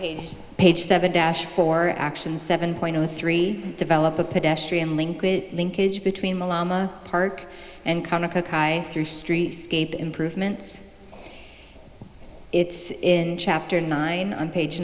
page seven dash for action seven point zero three develop a pedestrian link linkage between the llama park and through streetscape improvements it's in chapter nine on page